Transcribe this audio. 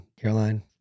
Caroline